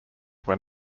when